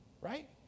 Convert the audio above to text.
Right